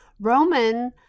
Roman